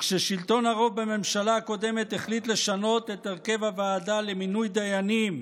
כששלטון הרוב בממשלה הקודמת החליט לשנות את הרכב הוועדה למינוי דיינים